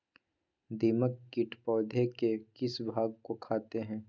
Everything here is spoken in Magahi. दीमक किट पौधे के किस भाग को खाते हैं?